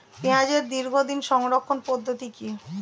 পেঁয়াজের দীর্ঘদিন সংরক্ষণ পদ্ধতি কি?